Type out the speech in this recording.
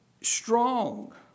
strong